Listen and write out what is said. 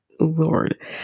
Lord